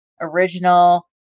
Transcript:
original